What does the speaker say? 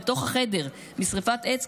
בתוך החדר משרפת עץ,